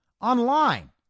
online